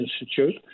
Institute